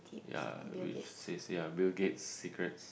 ya which says ya Bill-Gates secrets